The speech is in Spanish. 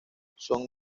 son